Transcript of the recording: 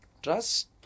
Trust